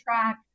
track